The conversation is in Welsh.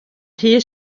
rhy